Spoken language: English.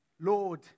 Lord